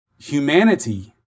humanity